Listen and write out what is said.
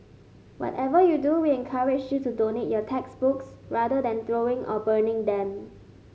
whatever you do we encourage you to donate your textbooks rather than throwing or burning them